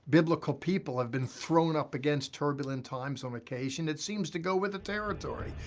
biblical people have been thrown up against turbulent times on occasion. it seems to go with the territory.